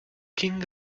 king